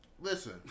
Listen